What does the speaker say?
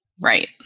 Right